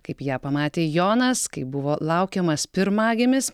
kaip ją pamatė jonas kaip buvo laukiamas pirmagimis